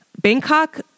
Bangkok